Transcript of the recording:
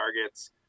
targets